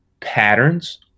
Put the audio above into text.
patterns